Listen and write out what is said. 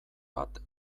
bat